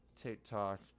TikTok